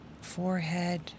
forehead